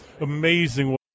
amazing